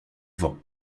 vend